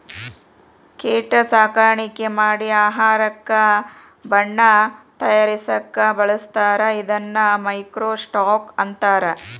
ಕೇಟಾ ಸಾಕಾಣಿಕೆ ಮಾಡಿ ಆಹಾರಕ್ಕ ಬಣ್ಣಾ ತಯಾರಸಾಕ ಬಳಸ್ತಾರ ಇದನ್ನ ಮೈಕ್ರೋ ಸ್ಟಾಕ್ ಅಂತಾರ